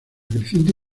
creciente